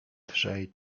trzej